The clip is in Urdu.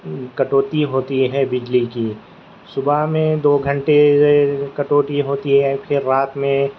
کٹوتی ہوتی ہے بجلی کی صبح میں دو گھنٹے کٹوتی ہوتی ہے پھر رات میں